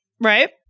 right